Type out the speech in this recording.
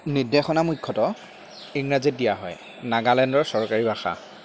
নিৰ্দেশনা মুখ্যতঃ ইংৰাজীত দিয়া হয় নাগালেণ্ডৰ চৰকাৰী ভাষা